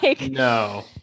no